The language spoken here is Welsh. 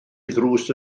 ddrws